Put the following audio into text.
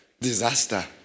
Disaster